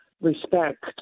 respect